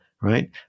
right